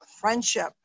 friendship